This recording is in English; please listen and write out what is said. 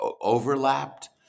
overlapped